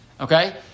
okay